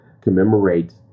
commemorate